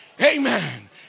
Amen